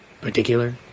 particular